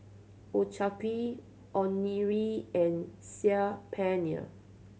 Ochazuke Onigiri and Saag Paneer